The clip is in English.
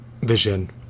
vision